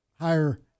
higher